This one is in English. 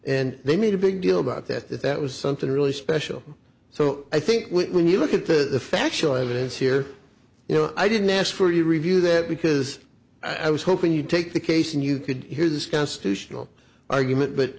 and they made a big deal about that that that was something really special so i think when you look at the factual evidence here you know i didn't ask for your review that because i was hoping you'd take the case and you could hear this constitutional argument but